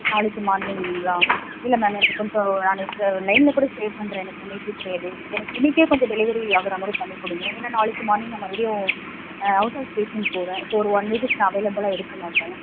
நாளைக்கு மார்னிங்களா இல்லை மேம் எனக்கு கொஞ்சம் நான் லைனில் கூட ஸ்டே பண்ணுறேன் எனக்கு ஒன்றும் இஷ்யூ கிடையாது எனக்கு இன்றைக்கே கொஞ்சம் டெலிவரி ஆகிற மாதிரி பண்ணி கொடுங்க ஏன்னால் நாளைக்கு மார்னிங் நான் மறுபடியும் அவுட் ஆஃப் ஸ்டேஷன் போகிறேன் ஸோ ஒரு ஒன் வீக்குக்கு நான் அவைலபுளாக இருக்க மாட்டேன்